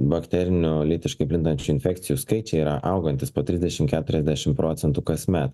bakterinių lytiškai plintančių infekcijų skaičiai yra augantys po trisdešimt keturiasdešimt procentų kasmet